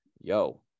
yo